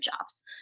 jobs